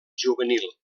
juvenil